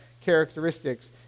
characteristics